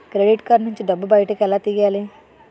Credit card నుంచి డబ్బు బయటకు ఎలా తెయ్యలి?